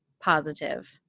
positive